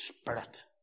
Spirit